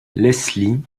leslie